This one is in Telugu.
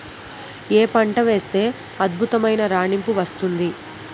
ఏ పంట వేస్తే అద్భుతమైన రాణింపు వస్తుంది?